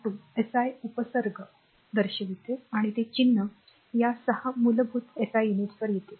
२ SI उपसर्ग दर्शविते आणि ते चिन्ह या 6 मूलभूत एस आय युनिट्सवर येतील